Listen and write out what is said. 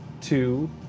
two